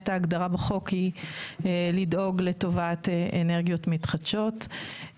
ההגדרה בחוק לדאוג לטובת אנרגיות מתחדשות.